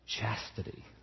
Chastity